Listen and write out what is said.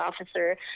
officer